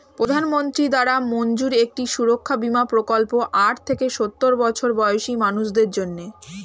প্রধানমন্ত্রী দ্বারা মঞ্জুর একটি সুরক্ষা বীমা প্রকল্প আট থেকে সওর বছর বয়সী মানুষদের জন্যে